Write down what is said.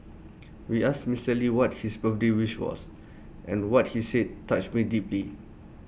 we asked Mister lee what his birthday wish was and what he said touched me deeply